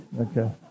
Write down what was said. Okay